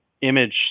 image